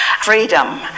freedom